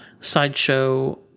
sideshow